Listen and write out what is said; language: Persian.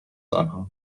آنها